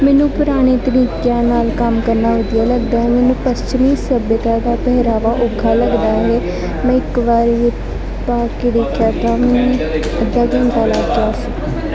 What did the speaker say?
ਮੈਨੂੰ ਪੁਰਾਣੇ ਤਰੀਕਿਆਂ ਨਾਲ ਕੰਮ ਕਰਨਾ ਵਧੀਆ ਲੱਗਦਾ ਹੈ ਮੈਨੂੰ ਪੱਛਮੀ ਸੱਭਿਅਤਾ ਦਾ ਪਹਿਰਾਵਾ ਔਖਾ ਲੱਗਦਾ ਹੈ ਮੈਂ ਇੱਕ ਵਾਰੀ ਵੀ ਪਾ ਕੇ ਵੇਖਿਆ ਤਾਂ ਮੈਨੂੰ ਅੱਧਾ ਘੰਟਾ ਲੱਗ ਗਿਆ ਸੀ